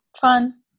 fun